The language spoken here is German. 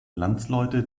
landsleute